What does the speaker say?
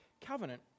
covenant